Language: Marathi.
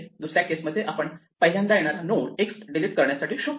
दुसऱ्या केस मध्ये आपण पहिल्यांदा येणारा नोड x डिलीट करण्यासाठी शोधतो